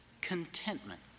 contentment